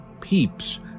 peeps